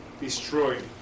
destroyed